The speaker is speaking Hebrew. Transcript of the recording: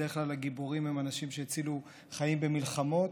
בדרך כלל הגיבורים הם אנשים שהצילו חיים במלחמה.